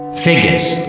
Figures